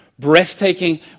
breathtaking